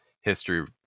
history